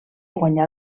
guanyà